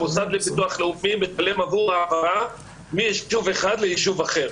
המוסד לביטוח לאומי משלם עבור ההעברה מיישוב אחד ליישוב אחר.